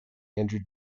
andrew